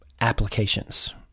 applications